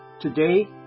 Today